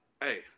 Hey